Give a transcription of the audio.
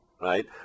right